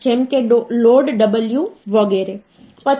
તેથી આ 8 વત્તા 2 વત્તા 1 છે એટલે કે 11 અને આ સંખ્યા 1 0 1 છે એટલે કે 5